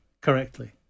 correctly